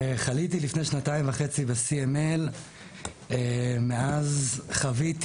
חליתי לפני שנתיים וחצי ב- CML. מאז חוויתי